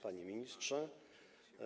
Panie Ministrze!